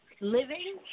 living